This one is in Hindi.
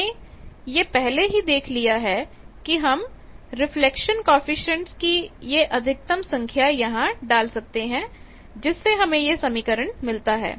हमने यह पहले ही देख लिया है कि हम रिफ्लेक्शन कॉएफिशिएंट कि यह अधिकतम संख्या यहां डाल सकते हैं जिससे हमें यह समीकरण मिलता है